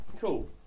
cool